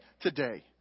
today